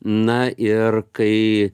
na ir kai